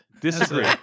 Disagree